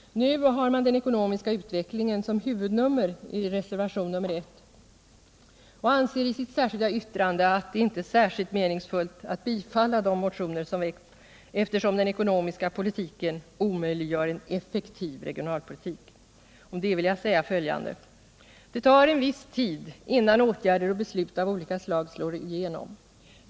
Nu har man den ekonomiska utvecklingen som huvudnummer i reservation 1 och anser i sitt särskilda yttrande att det inte är särskilt meningsfullt att bifalla de motioner som väckts, eftersom den ekonomiska politiken omöjliggör en effektiv regionalpolitik. Om det vill jag säga följande: Det tar en viss tid innan åtgärder och beslut av olika slag slår igenom.